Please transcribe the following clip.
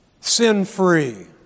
sin-free